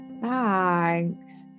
Thanks